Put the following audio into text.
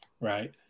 right